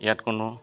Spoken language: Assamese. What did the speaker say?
ইয়াত কোনো